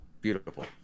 Beautiful